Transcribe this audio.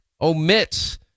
omits